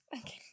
Okay